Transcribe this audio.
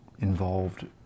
involved